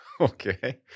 Okay